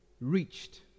reached